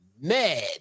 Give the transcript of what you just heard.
mad